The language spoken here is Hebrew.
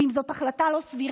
ואם זאת החלטה לא סבירה,